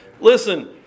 Listen